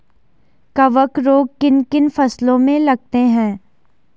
कवक रोग किन किन फसलों में लगते हैं?